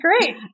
Great